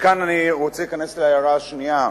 וכאן אני רוצה להיכנס להערה השנייה,